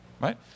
right